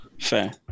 Fair